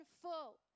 full